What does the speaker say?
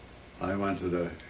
i went to the